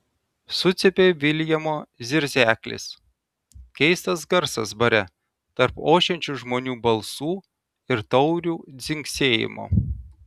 sucypė viljamo zirzeklis keistas garsas bare tarp ošiančių žmonių balsų ir taurių dzingsėjimo